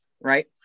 right